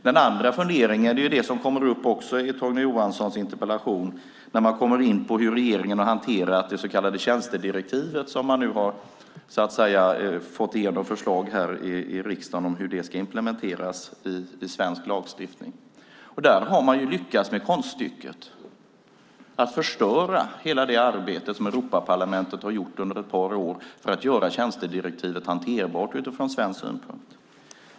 Den andra funderingen är det som också kommer upp i Torgny Johanssons interpellation där han kommer in på hur regeringen har hanterat det så kallade tjänstedirektivet, som man nu har fått igenom ett förslag här i riksdagen om hur det ska implementeras i svensk lagstiftning. Man har lyckats med konststycket att förstöra hela det arbete som Europaparlamentet har bedrivit under ett par år för att göra tjänstedirektivet hanterbart utifrån svensk synpunkt.